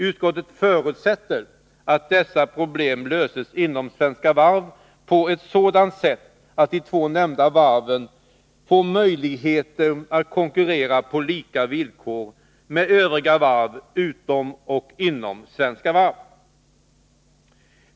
Utskottet förutsätter att dessa problem löses inom Svenska Varv på ett sådant sätt att de två nämnda varven får möjligheter att konkurrera på lika villkor med övriga varv utom och inom Svenska Varv.